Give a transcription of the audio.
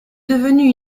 devenue